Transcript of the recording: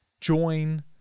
Join